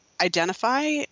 identify